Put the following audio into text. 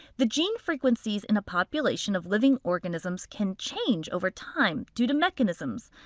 the gene frequencies in a population of living organisms can change over time due to mechanisms,